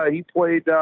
ah he played